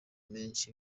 menshi